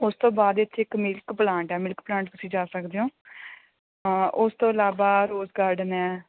ਉਸ ਤੋਂ ਬਾਅਦ ਇੱਥੇ ਇੱਕ ਮਿਲਕ ਪਲਾਂਟ ਆ ਮਿਲਕ ਪਲਾਂਟ ਤੁਸੀਂ ਜਾ ਸਕਦੇ ਹੋ ਹਾਂ ਉਸ ਤੋਂ ਇਲਾਵਾ ਰੋਜ਼ ਗਾਰਡਨ ਹੈ